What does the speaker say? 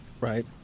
Right